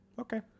okay